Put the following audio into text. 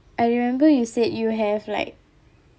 I remember you said you have like